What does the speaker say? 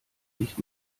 nicht